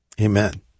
Amen